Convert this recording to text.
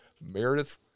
Meredith